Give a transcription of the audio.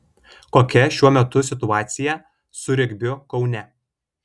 kokia šiuo metu situacija su regbiu kaune